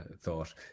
thought